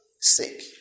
sick